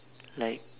like